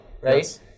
Right